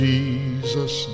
Jesus